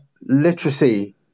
literacy